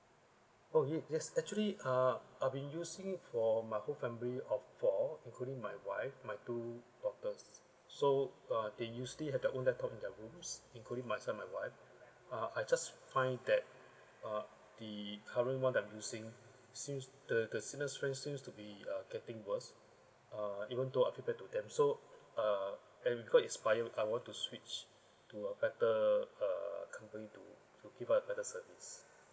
oh yes yes actually ah I've been using for my whole family of four including my wife and my two daughters so uh they usually have their own laptop in their rooms including myself and my wife ah I just find that uh the current [one] that I'm using seems the the signal strength seems to be uh getting worst uh even though I feedback to them so uh and it got expire I want to switch to a better err company to to give us a better service